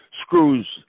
screws